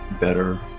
better